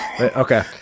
Okay